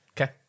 Okay